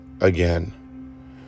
again